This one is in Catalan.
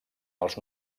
els